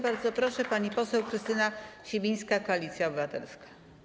Bardzo proszę, pani poseł Krystyna Sibińska, Koalicja Obywatelska.